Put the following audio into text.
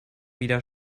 wieder